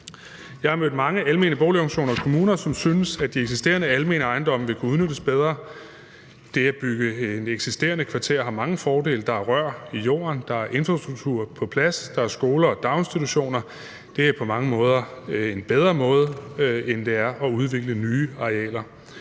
Jeg har mødt mange almene boligorganisationer og kommuner, som synes, at de eksisterende almene ejendomme vil kunne udnyttes bedre. Det at bygge i et eksisterende kvarter har mange fordele – der er rør i jorden, der er infrastruktur på plads, og der er skoler og daginstitutioner. Det er på mange måder en bedre måde at gøre det på end at udvikle nye arealer.